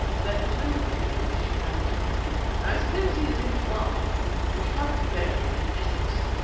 then, turning to me, she added sharply i suppose he is embalmed we should like to bury him in essex.